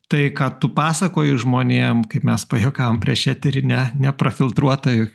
tai ką tu pasakoji žmonėm kaip mes pajuokavom prieš eterį ne neprafiltruotą